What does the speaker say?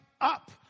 Up